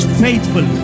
faithful